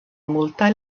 multaj